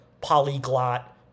polyglot